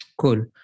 Cool